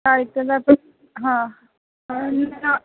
साहित्यदर्पणः हा तन्न